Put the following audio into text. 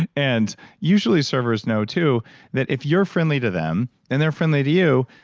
and and usually servers know too that if you're friendly to them and they're friendly to you,